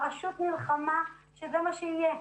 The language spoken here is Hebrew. הרשות נלחמה שזה מה שיהיה,